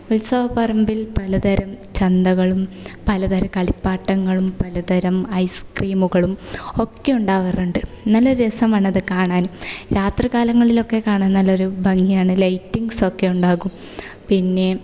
ഉത്സവപറമ്പില് പലതരം ചന്തകളും പലതരം കളിപ്പാട്ടങ്ങളും പലതരം ഐസ്ക്രീമുകളും ഒക്കെ ഉണ്ടാവാറുണ്ട് നല്ല രസമാണ് അത് കാണാനും രാത്രികാലങ്ങളിൽ ഒക്കെ കാണാൻ നല്ലൊരു ഭംഗിയാണ് ലൈറ്റിംഗ്സ് ഒക്കെ ഉണ്ടാകും പിന്നെ